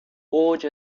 اوج